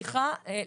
סליחה,